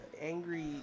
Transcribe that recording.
angry